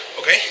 Okay